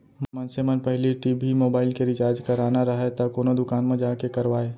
मनसे मन पहिली टी.भी, मोबाइल के रिचार्ज कराना राहय त कोनो दुकान म जाके करवाय